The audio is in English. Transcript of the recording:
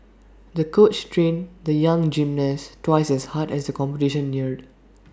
the coach trained the young gymnast twice as hard as the competition neared